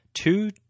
Two